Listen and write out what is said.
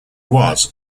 was